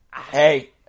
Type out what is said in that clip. Hey